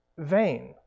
vain